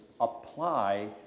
apply